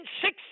six